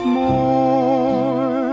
more